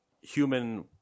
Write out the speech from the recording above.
human